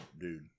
dude